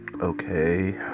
okay